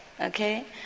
Okay